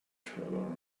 trouble